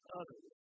others